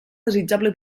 desitjable